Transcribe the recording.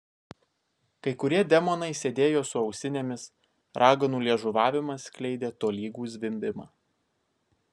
kai kurie demonai sėdėjo su ausinėmis raganų liežuvavimas skleidė tolygų zvimbimą